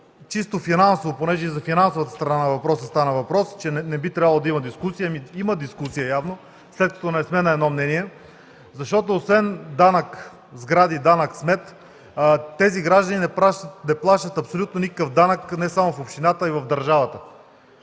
чисто финансово, понеже и за финансоватастрана на въпроса се говори, че не би трябвало да има дискусия. Има дискусия явно, след като не сме на едно мнение, защото освен данък сгради и данък смет, тези граждани не плащат абсолютно никакъв данък не само в общината, а и в държавата,